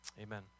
amen